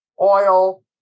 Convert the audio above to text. oil